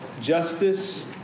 justice